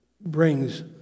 brings